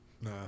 Nah